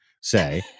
say